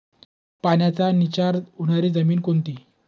पाण्याचा निचरा होणारी जमीन कोणती?